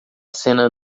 cena